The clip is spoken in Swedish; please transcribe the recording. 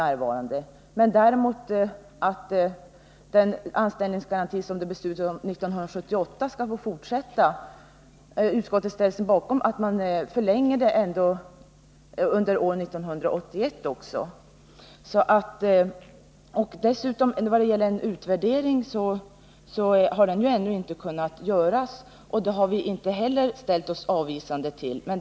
Däremot ställer sig utskottet bakom att den anställningsgaranti som beslutades 1978 skall få förlängas och gälla även år 1981. Utvärderingen har ännu inte kunnat göras, men vi har inte ställt oss avvisande till den.